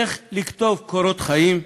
איך לכתוב קורות חיים,